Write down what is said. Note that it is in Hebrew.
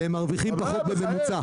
והם מרוויחים פחות בממוצע,